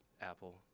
Apple